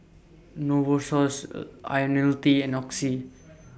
Novosource Ionil T and Oxy